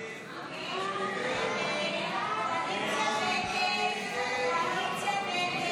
האופוזיציה נמשכו הסתייגויות 6 10,